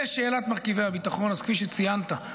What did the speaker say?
לשאלת מרכיבי הביטחון, כפי שציינת,